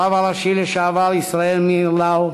הרב הראשי לשעבר ישראל מאיר לאו,